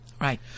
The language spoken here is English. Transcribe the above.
Right